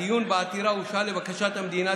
הדיון בעתירה הושהה לבקשת המדינה,